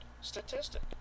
statistic